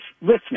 listening